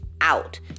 out